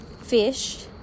fish